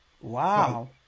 Wow